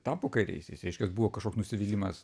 tapo kairiaisiais reiškias buvo kažkoks nusivylimas